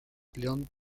león